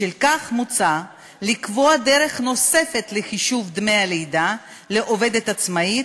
בשל כך מוצע לקבוע דרך נוספת לחישוב דמי הלידה לעובדת עצמאית,